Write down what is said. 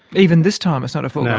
even this time it's not a foregone